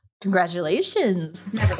Congratulations